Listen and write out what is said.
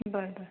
बरं बरं